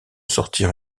sortir